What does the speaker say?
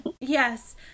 Yes